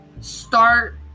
start